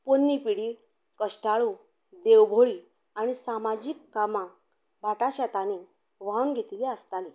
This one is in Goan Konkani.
पोरणी पिडी कश्टाळू देवभोळी आनी सामाजीक कामांक भाटा शेतानी व्होंग घेतिल्ली आसताली